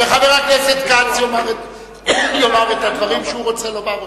וחבר הכנסת כץ יאמר את הדברים שהוא רוצה לומר אותם.